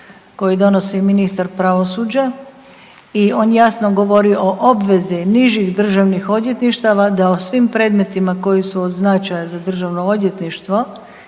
Hvala vam